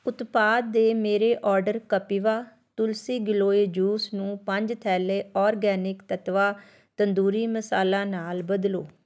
ਉਤਪਾਦ ਦੇ ਮੇਰੇ ਔਡਰ ਕਪਿਵਾ ਤੁਲਸੀ ਗਿਲੋਏ ਜੂਸ ਨੂੰ ਪੰਜ ਥੈਲੇ ਔਰਗੈਨਿਕ ਤੱਤਵਾ ਤੰਦੂਰੀ ਮਸਾਲਾ ਨਾਲ ਬਦਲੋ